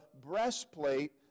breastplate